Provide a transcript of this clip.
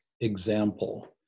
example